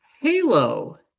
Halo